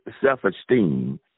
self-esteem